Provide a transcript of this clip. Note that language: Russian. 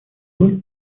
роль